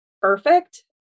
perfect